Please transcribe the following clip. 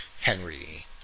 Henry